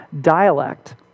dialect